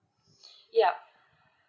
ya